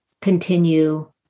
continue